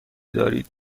دارید